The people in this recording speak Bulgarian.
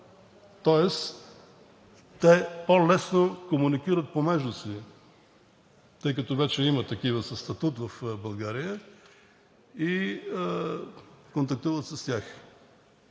тоест те по-лесно комуникират помежду си, тъй като вече има такива със статут в България и контактуват с тях.